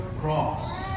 cross